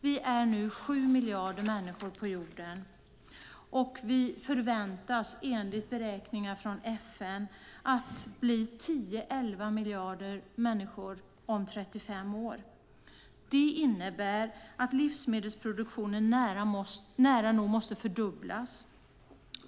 Vi är nu 7 miljarder människor på jorden och vi förväntas enligt beräkningar från FN att bli 10-11 miljarder människor om 35 år. Det innebär att livsmedelsproduktionen nära nog måste fördubblas.